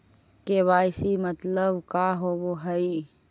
KYC मतलब का होव हइ?